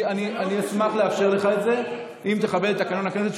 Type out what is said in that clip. אני אשמח לאפשר לך את זה אם תכבד את תקנון הכנסת,